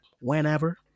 whenever